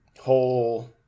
whole